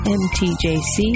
mtjc